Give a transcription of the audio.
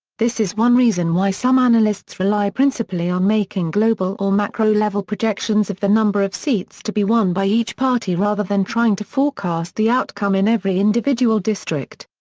this is one reason why some analysts rely principally on making global or macro-level projections of the number of seats to be won by each party rather than trying to forecast the outcome in every individual district.